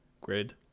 grid